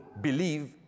believe